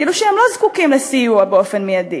כאילו שהם לא זקוקים לסיוע באופן מיידי.